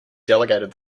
delegated